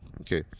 Okay